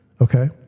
okay